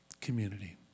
community